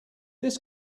this